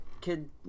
kid